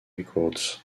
records